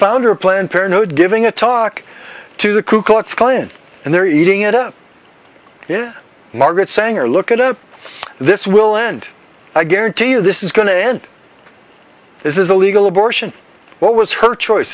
founder of planned parenthood giving a talk to the ku klux klan and they're eating it up margaret sanger look it up this will end i guarantee you this is going to end this is a legal abortion what was her choice